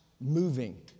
moving